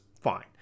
fine